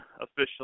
official